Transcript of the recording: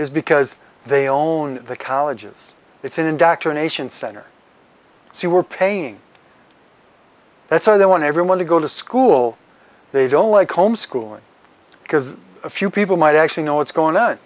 is because they own the colleges it's an indoctrination center see we're paying that's why they want everyone to go to school they don't like homeschooling because a few people might actually know what's going on